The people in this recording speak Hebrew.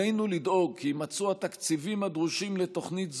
עלינו לדאוג כי יימצאו התקציבים הדרושים לתוכנית זו,